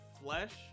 flesh